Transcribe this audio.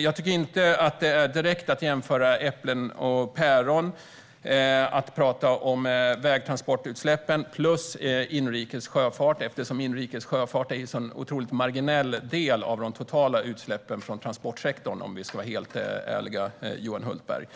Jag tycker inte att det direkt är att jämföra äpplen och päron att prata om utsläppen från vägtransporter plus inrikes sjöfart, eftersom inrikes sjöfart står för en så otroligt marginell del av de totala utsläppen från transportsektorn, om vi ska vara helt ärliga, Johan Hultberg.